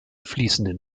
fließenden